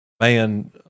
man